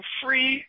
free